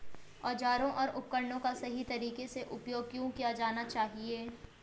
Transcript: औजारों और उपकरणों का सही तरीके से उपयोग क्यों किया जाना चाहिए?